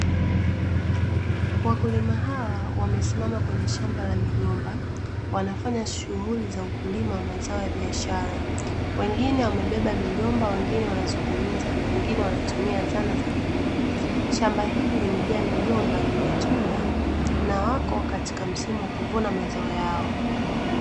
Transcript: Wakulima hawa wamesimama kwenye shamba la migomba, wanafanya shughuli za ukulima wa mazao ya biashara; wengine wamebeba migomba, wengine wanazungumza, na wengine wanatumia zana za kilimo. Shamba hili limejaa migomba yenye matunda, na wapo katika msimu wa kuvuna mazao yao.